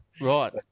Right